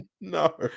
No